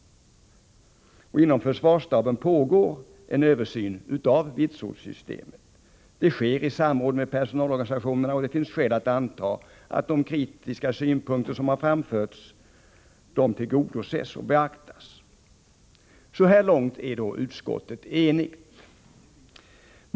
Inom försvarsstaben pågår en översyn av vitsordssystemet. Den sker i samråd med personalorganisationerna, och det finns skäl att anta att de kritiska synpunkter som framförts mot systemet beaktas. Så här långt är utskottet enigt.